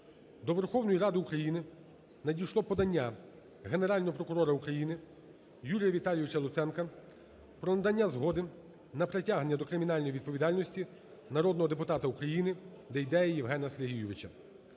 До Верховної Ради України надійшло подання Генерального прокурора України Юрія Віталійовича Луценка про надання згоди на притягнення до кримінальної відповідальності народного депутата України Дейдея Євгена Сергійовича.